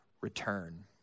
return